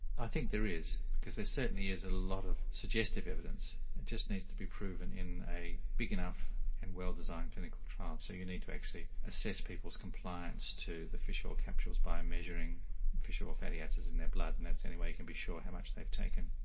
i think there is because there certainly is a lot of suggestive evidence it just needs to be proven in a big enough and well designed clinical trial. so you need to actually assess people's compliance to the fish oil capsules by measuring fish oil fatty acids in their blood and that's the only way you can be sure how much they've taken.